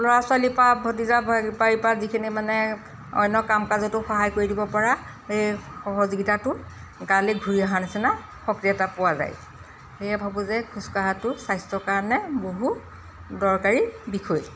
ল'ৰা ছোৱালী পৰা ভতিজা বোৱাৰীপৰা পৰা যিখিনি মানে অন্য কাম কাজতো সহায় কৰি দিব পৰা সেই সহযোগীতাটো গালৈ ঘূৰি অহাৰ নিচিনা শক্তি এটা পোৱা যায় সেয়ে ভাবোঁ যে খোজকাঢ়াটো স্বাস্থ্যৰ কাৰণে বহু দৰকাৰী বিষয়